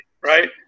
right